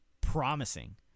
promising